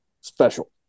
special